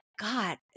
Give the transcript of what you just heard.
God